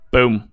Boom